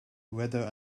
whether